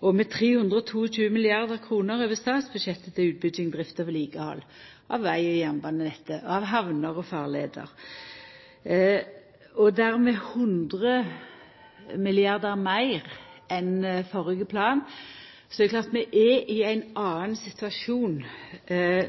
gang. Med 322 mrd. kr over statsbudsjettet til utbygging, drift og vedlikehald av veg- og jernbanenettet, av hamner og farleier, og dermed 100 mrd. kr meir enn i førre plan, er det klart at vi er i ein annan situasjon